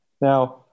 Now